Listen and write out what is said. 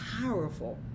powerful